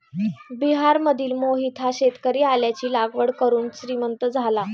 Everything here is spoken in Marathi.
बिहारमधील मोहित हा शेतकरी आल्याची लागवड करून श्रीमंत झाला